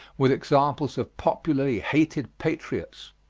with examples of popularly-hated patriots.